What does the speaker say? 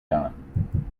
done